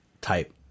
type